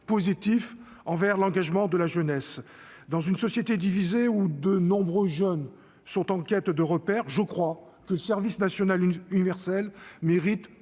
positif pour l'engagement de la jeunesse. Dans une société divisée, où de nombreux jeunes sont en quête de repères, je pense que le service national universel mérite